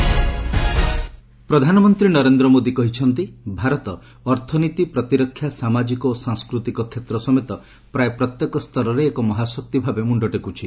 PM surging India ପ୍ରଧାନମନ୍ତ୍ରୀ ନରେନ୍ଦ୍ର ମୋଦି କହିଛନ୍ତି ଭାରତ ଅର୍ଥନୀତି ପ୍ରତିରକ୍ଷା ସାମାଜିକ ଓ ସାଂସ୍କୃତିକ କ୍ଷେତ୍ର ସମେତ ପ୍ରାୟ ପ୍ରତ୍ୟେକ ସ୍ତରରେ ଏକ ମହାଶକ୍ତି ଭାବେ ମୁଣ୍ଡ ଟେକୁଛି